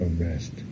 arrest